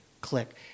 click